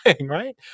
right